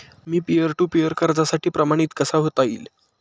Me peer to peer कर्जासाठी प्रमाणित कसे होता येईल?